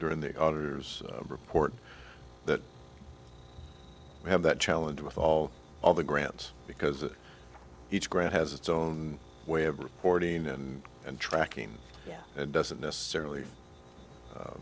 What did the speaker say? during the others report that we have that challenge with all of the grants because each grant has its own way of reporting and and tracking and doesn't necessarily